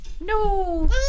no